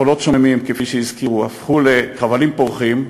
חולות שוממים, כפי שהזכירו, הפכו לחבלים פורחים.